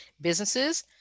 businesses